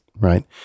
right